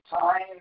time